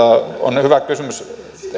on hyvä kysymys